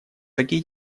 такие